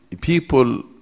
people